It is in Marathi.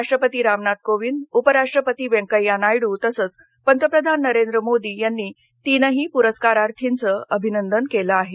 राष्ट्रपती रामनाथ कोविंद उपराष्ट्रपती वेकैय्या नायडु तसंघ पंतप्रधान नरेंद्र मोदी यांनी तीनही पुरस्कारार्थींचं अभिनंदन केलं आहे